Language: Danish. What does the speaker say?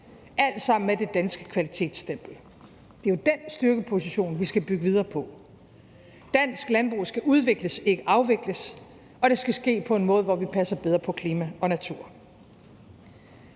alt sammen med det danske kvalitetsstempel. Det er jo den styrkeposition, vi skal bygge videre på. Dansk landbrug skal udvikles, ikke afvikles, og det skal ske på en måde, hvor vi passer bedre på klima og natur.